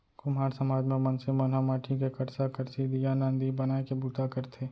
कुम्हार समाज म मनसे मन ह माटी के करसा, करसी, दीया, नांदी बनाए के बूता करथे